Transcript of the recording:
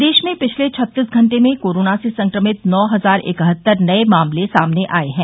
प्रदेश में पिछले छत्तीस घंटे में कोरोना से संक्रमित नौ सौ इकहत्तर नये मामले सामने आये हैं